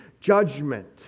judgment